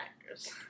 actors